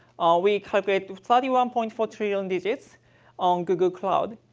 we cooperative thirty one point four trillion digits on google cloud.